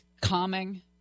calming